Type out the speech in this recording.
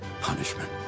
Punishment